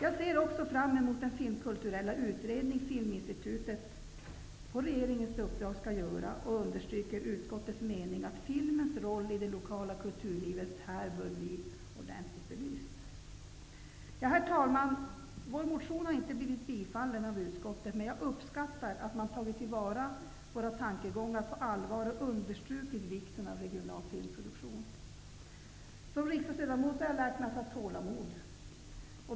Jag ser också fram emot den filmkulturella utredning Filminstitutet skall göra på regeringens uppdrag, och jag understryker utskottets mening att filmens roll i det lokala kulturlivet bör bli ordentligt belyst. Herr talman! Vår motion har inte tillstyrkts av utskottet. Men jag uppskattar att utskottet har tagit till vara våra tankegångar på allvar och understrukit vikten av regional filmproduktion. Som riksdagsledamot har jag lärt mig att ha tålamod.